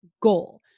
goal